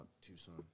Tucson